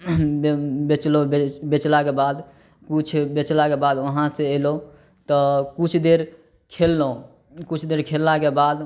बेचलहुॅं बेच बेचलाके बाद किछु बेचलाके बाद उहाँ से अयलहुॅं तऽ किछु देर खेललहुॅं किछु देर खेललाके बाद